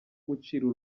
gucira